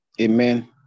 Amen